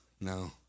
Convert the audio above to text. No